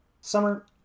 Summer